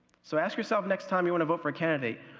so ask yourself next time you want to vote for a candidate,